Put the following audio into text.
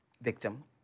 victim